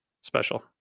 special